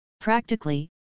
Practically